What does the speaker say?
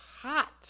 hot